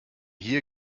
hier